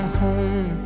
home